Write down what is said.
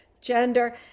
gender